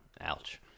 Ouch